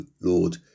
Lord